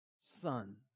son